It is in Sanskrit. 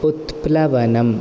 उत्प्लवनम्